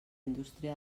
indústria